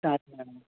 రాదు మేడం